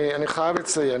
אני חייב לציין,